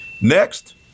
Next